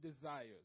desires